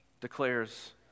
declares